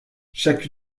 chaque